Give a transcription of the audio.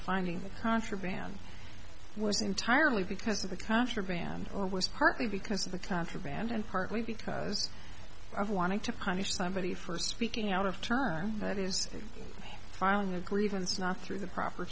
finding the contraband was entirely because of the contraband or was partly because of the contraband and partly because of wanting to punish somebody for speaking out of turn that is filing a grievance not through the proper